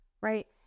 right